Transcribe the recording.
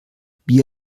bier